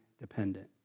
dependent